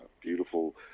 beautiful